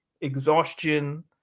exhaustion